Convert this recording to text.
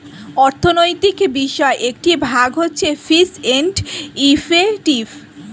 অর্থনৈতিক বিষয়ের একটি ভাগ হচ্ছে ফিস এন্ড ইফেক্টিভ